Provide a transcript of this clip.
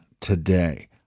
today